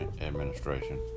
administration